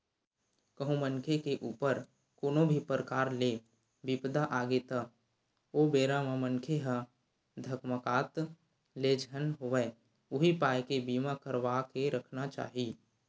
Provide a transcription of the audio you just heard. कहूँ मनखे के ऊपर कोनो भी परकार ले बिपदा आगे त ओ बेरा म मनखे ह धकमाकत ले झन होवय उही पाय के बीमा करवा के रखना चाही